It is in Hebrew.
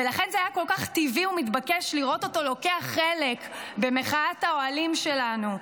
ולכן זה היה כל כך טבעי ומתבקש לראות אותו לוקח חלק במחאת האוהלים שלנו,